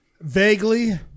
vaguely